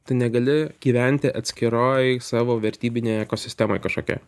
tu negali gyventi atskiroj savo vertybinėj ekosistemoj kažkokioj